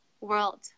world